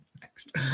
next